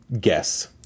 guess